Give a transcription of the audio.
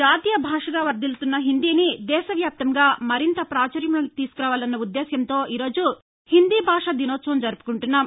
జాతీయ భాషగా వర్దిల్యతున్న హిందీని దేశవ్యాప్తంగా మరింత పాచుర్యంలోనికి తీసుకురావాలన్న ఉ ద్దేశంతో ఈ రోజు హిందీ భాషా దినోత్సవం జరుపుకొంటున్నాం